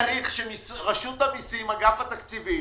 צריך שרשות המסים, אגף התקציבים